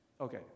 Okay